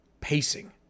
Pacing